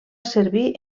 servir